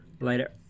Later